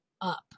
up